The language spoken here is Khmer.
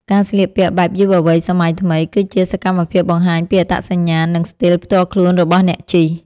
ការស្លៀកពាក់បែបយុវវ័យសម័យថ្មី គឺជាសកម្មភាពបង្ហាញពីអត្តសញ្ញាណ និងស្ទីលផ្ទាល់ខ្លួនរបស់អ្នកជិះ។